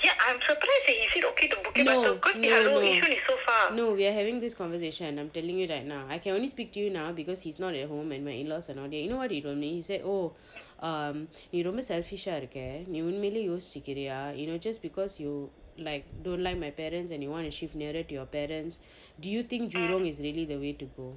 no no no no we are having this conversation and I'm telling you right now I can only speak to you now because he is not at home and my in-laws are not here you know what he told me he say oh err நீ ரொம்ப:nee romba selfish ah இருக்க நீ உண்மையிலேயே யோசிச்சிக்கிரியா:irukka nee unmayileye yosichikkiriya you know just because you like don't like my parents and you want to shift nearer to your parents do you think jurong is really the way to go